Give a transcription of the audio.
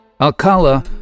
Alcala